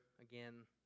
again